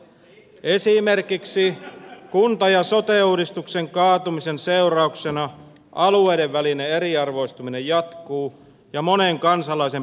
esimerkiksi kunta ja sote uudistuksen kaatumisen seurauksena alueiden välinen eriarvoistuminen jatkuu ja monen kansalaisen peruspalvelut vaarantuvat